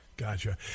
Gotcha